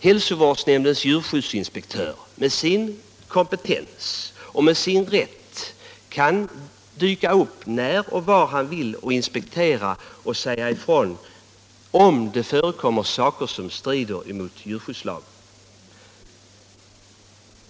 Hälsovårdsnämndens djurskyddsinspektör, som har kompetens på detta område, har rätt att dyka upp när och var han vill och inspektera. Han kan då säga ifrån om det förekommer något som strider mot djurskyddslagen.